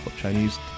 Chinese